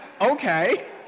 okay